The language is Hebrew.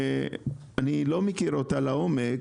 שאני לא מכיר אותה לעומק,